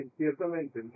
ciertamente